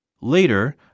Later